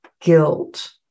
guilt